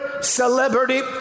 celebrity